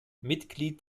mitglied